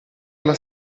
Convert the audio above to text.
alla